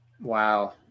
Wow